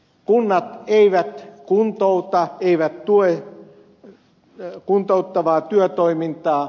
kunnat eivät kuntouta eivät tue kuntouttavaa työtoimintaa